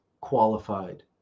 qualified